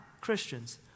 Christians